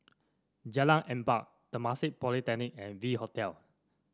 Jalan Empat Temasek Polytechnic and V Hotel